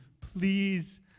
please